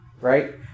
Right